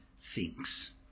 thinks